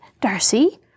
Darcy